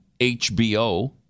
HBO